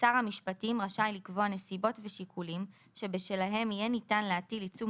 שר המשפטים רשאי לקבוע נסיבות ושיקולים שבשלהם יהיה ניתן להטיל עיצום